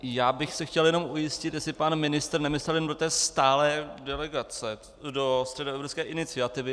Já bych se chtěl jenom ujistit, jestli pan ministr nemyslel jen do té stálé delegace do Středoevropské iniciativy.